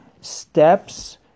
steps